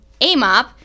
AMOP